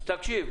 תקשיב,